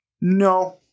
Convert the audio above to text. No